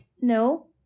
No